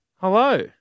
hello